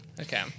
Okay